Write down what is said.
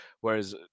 whereas